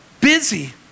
busy